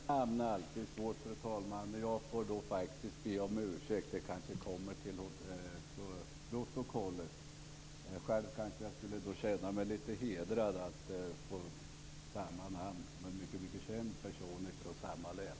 Fru talman! Det här med namn är alltid svårt. Jag får faktiskt be om ursäkt, så att det kommer till protokollet. Själv skulle jag kanske känna mig lite hedrad av att få samma namn som en mycket känd person från samma län.